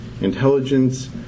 intelligence